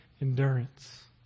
endurance